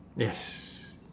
yes